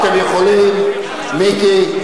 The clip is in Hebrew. מיקי,